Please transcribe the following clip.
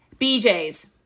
BJ's